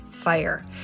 fire